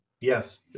Yes